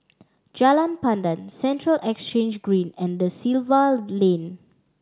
Jalan Pandan Central Exchange Green and Da Silva Lane